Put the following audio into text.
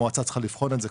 המועצה צריכה לבחון את זה,